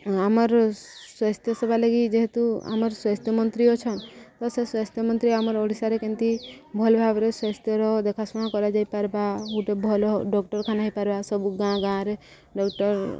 ଆମର ସ୍ୱାସ୍ଥ୍ୟ ସେବା ଲାଗି ଯେହେତୁ ଆମର ସ୍ୱାସ୍ଥ୍ୟମନ୍ତ୍ରୀ ଅଛନ୍ ତ ସେ ସ୍ୱାସ୍ଥ୍ୟମନ୍ତ୍ରୀ ଆମର ଓଡ଼ିଶାରେ କେମିତି ଭଲ ଭାବରେ ସ୍ୱାସ୍ଥ୍ୟର ଦେଖାଶୁଣା କରାଯାଇପାରବା ଗୋଟେ ଭଲ ଡକ୍ଟରଖାନା ହେଇପାରବା ସବୁ ଗାଁ ଗାଁରେ ଡକ୍ଟର